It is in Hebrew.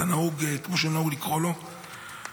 כמו שנהוג לקרוא לו,